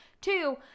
Two